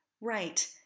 Right